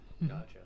Gotcha